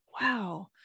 Wow